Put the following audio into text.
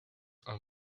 han